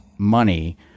money